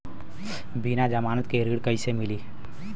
बिना जमानत के ऋण कईसे मिली?